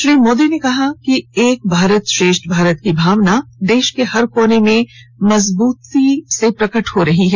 श्री मोदी ने कहा एक भारत श्रेष्ठ भारत की भावना देश के हर कोने में मजबूत और प्रकट हो रही है